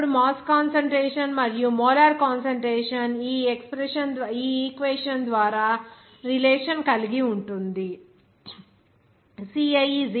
అప్పుడు mass concentration మరియు molar concentration ఈ ఈక్వేషన్ ద్వారా రిలేషన్ కలిగి ఉంటుంది